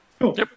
Cool